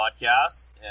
podcast